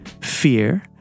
fear